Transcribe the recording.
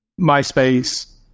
Myspace